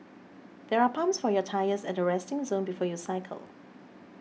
there are pumps for your tyres at the resting zone before you cycle